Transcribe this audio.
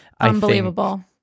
Unbelievable